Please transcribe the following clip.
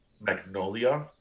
Magnolia